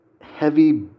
heavy